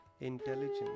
Intelligence